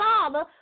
Father